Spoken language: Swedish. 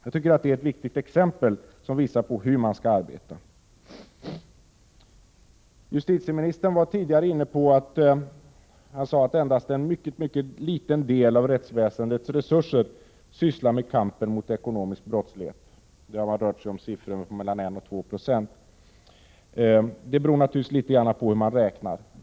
Jag tycker att detta är ett viktigt exempel som visar hur man skall arbeta. Justitieministern sade att endast en mycket liten del av rättsväsendets resurser används i kampen mot ekonomisk brottslighet. Det har rört sig om siffror på mellan 1 och 2 96. Det beror naturligtvis något på hur man räknar.